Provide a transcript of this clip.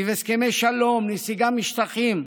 סביב הסכמי השלום, נסיגה משטחים,